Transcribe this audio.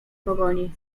pogoni